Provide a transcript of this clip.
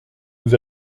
vous